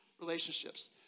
relationships